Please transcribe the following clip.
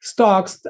Stocks